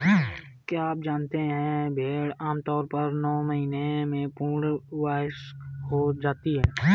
क्या आप जानते है भेड़ आमतौर पर नौ महीने में पूर्ण वयस्क हो जाती है?